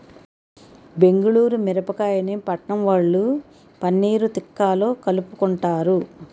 బెంగుళూరు మిరపకాయని పట్నంవొళ్ళు పన్నీర్ తిక్కాలో కలుపుకుంటారు